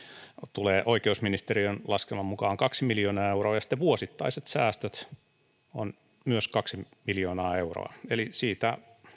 tulee oikeusministeriön laskelman mukaan kaksi miljoonaa euroa ja sitten vuosittaiset säästöt ovat myös kaksi miljoonaa euroa eli siitä